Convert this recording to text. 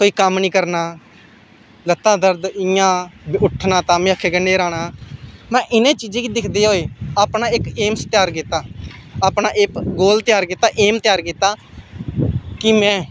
कोई कम्म नेईं करना लत्तां दर्द इ'यां उट्ठना तां बी अक्खें अग्गें न्हेरा औना में इ'नें चीजें गी दिखदे होऐ अपना इक ऐम त्यार कीता अपना इक गोल त्यार कीता ऐम त्यार कीता कि में